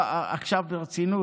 עכשיו ברצינות,